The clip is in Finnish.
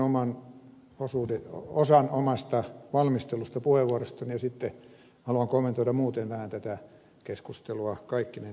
ensin luen osan omasta valmistellusta puheenvuorostani ja sitten haluan kommentoida muuten vähän tätä keskustelua kaikkinensa